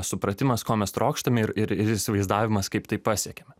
supratimas ko mes trokštam ir ir ir įsivaizdavimas kaip tai pasiekiame